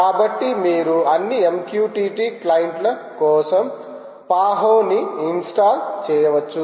కాబట్టి మీరు అన్ని MQTT క్లయింట్ల కోసం పహో ని ఇన్స్టాల్ చేయవచ్చు